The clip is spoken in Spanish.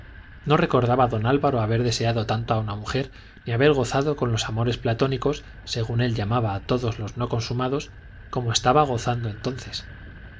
no recordaba don álvaro haber deseado tanto a una mujer ni haber gozado con los amores platónicos según él llamaba a todos los no consumados como estaba gozando entonces